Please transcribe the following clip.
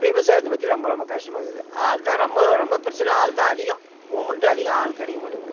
விவசாயத்தை பற்றி ரொம்ப ரொம்ப கஷ்டமாக இருக்குது ஆள்தான் ரொம்ப ரொம்ப பிரச்சனை ஆள்தான் அதிகம் மூவ்மெண்டும் அதிகம் ஆள் கிடைக்க மாட்டேக்குது